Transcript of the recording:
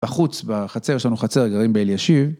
בחוץ בחצר, יש לנו חצר, גרים באלישיב.